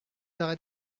arrêts